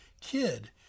kid